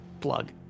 Plug